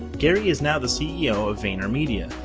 gary is now the ceo of vayner media,